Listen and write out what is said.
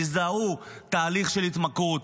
שיזהו תהליך של התמכרות,